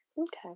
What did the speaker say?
okay